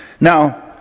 Now